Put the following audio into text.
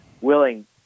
willing